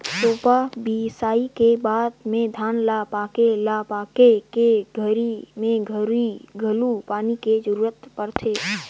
रोपा, बियासी के बाद में धान ल पाके ल पाके के घरी मे घलो पानी के जरूरत परथे